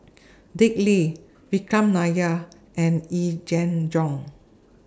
Dick Lee Vikram Nair and Yee Jenn Jong